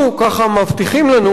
ככה מבטיחים לנו,